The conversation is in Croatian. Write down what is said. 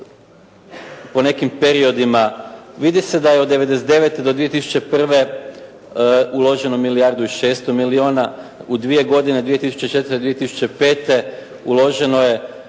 po nekim periodima, vidi se da je od '99. do 2001. uloženo milijardu i 600 milijuna. U dvije godine 2004., 2005. uloženo je